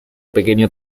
pequeño